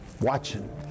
watching